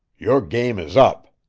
your game is up.